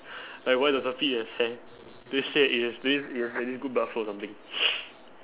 like why does our feet has hair they say it is this is it is good blood flow or something